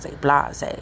blase